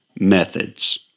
methods